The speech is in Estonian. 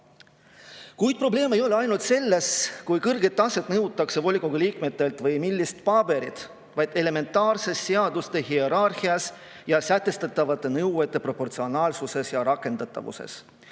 Kuid probleem ei ole ainult selles, kui kõrget taset nõutakse volikogu liikmetelt või millist paberit, vaid elementaarses seaduste hierarhias ja sätestatavate nõuete proportsionaalsuses ja rakendatavuses.